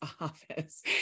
office